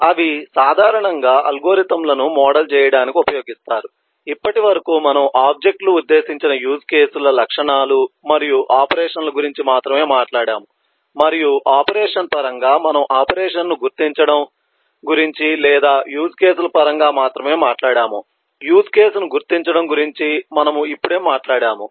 అవి సాధారణంగా అల్గోరిథంలను మోడల్ చేయడానికి ఉపయోగిస్తారు ఇప్పటివరకు మనము ఆబ్జెక్ట్ లు ఉద్దేశించిన యూజ్ కేసుల లక్షణాలు మరియు ఆపరేషన్ ల గురించి మాత్రమే మాట్లాడాము మరియు ఆపరేషన్ పరంగా మనము ఆపరేషన్ను గుర్తించడం గురించి లేదా యూజ్ కేసుల పరంగా మాత్రమే మాట్లాడాము యూజ్ కేసును గుర్తించడం గురించి మనము ఇప్పుడే మాట్లాడాము